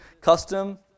custom